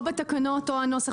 או בתקנות או בנוסח,